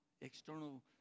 external